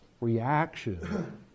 reaction